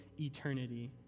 eternity